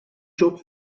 job